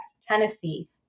Tennessee